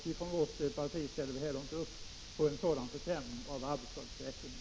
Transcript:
Vårt parti ställer sig inte bakom en sådan försämring av arbetsskadeförsäkringen.